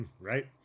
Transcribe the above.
Right